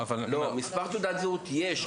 מספר תעודת זהות יש.